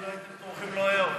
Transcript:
אם לא הייתם תומכים הוא לא היה עובר.